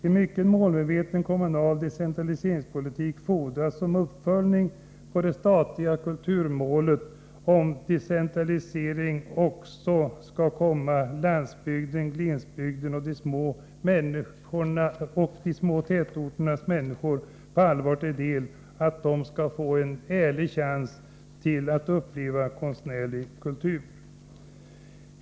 En mycket målmedveten kommunal decentraliseringspolitik fordras som uppföljning av det statliga kulturmålet om decentraliseringen skall komma också landsbygdens, glesbygdens och de små tätorternas människor till del på allvar, så att de får en ärlig chans att uppleva konstnärlig kultur.